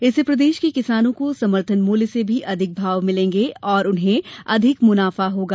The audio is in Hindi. इससे प्रदेश के किसानों को समर्थन मूल्य से भी अधिक भाव मिलेगे और उन्हें अधिक मुनाफा होगा